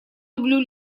люблю